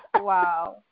Wow